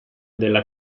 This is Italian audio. della